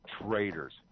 traitors